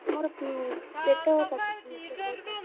ମୋର ପେଟ କାଟୁଛି ମୋତେ ବହୁତ